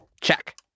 Check